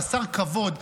חסר כבוד,